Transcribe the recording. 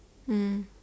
mm